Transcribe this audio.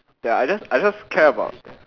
ya I just I just care about